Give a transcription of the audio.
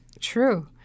True